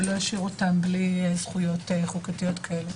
ולא ישאיר אותם בלי זכויות חוקתיות כאלה.